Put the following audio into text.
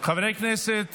חברי הכנסת